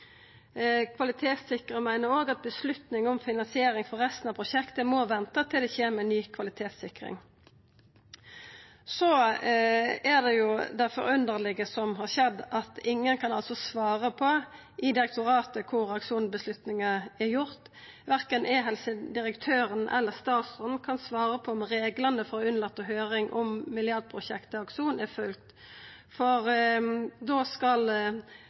meiner òg at avgjerd om finansiering for resten av prosjektet må venta til det kjem ei ny kvalitetssikring. Så har det forunderlege skjedd at ingen kan svara på – i direktoratet – kor Akson-avgjerda er gjord. Verken e-helsedirektøren eller statsråden kan svara på om reglane for å unnlata å ha høyring om milliardprosjektet Akson er følgde. For å unngå høyring skal